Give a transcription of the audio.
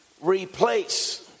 replace